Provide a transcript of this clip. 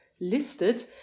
listed